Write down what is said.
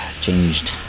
changed